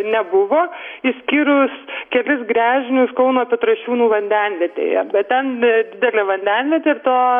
nebuvo išskyrus kelis gręžinius kauno petrašiūnų vandenvietėje bet ten nedidelė vandenvietė to